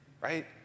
right